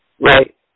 Right